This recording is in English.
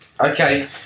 Okay